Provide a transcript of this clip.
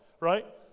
right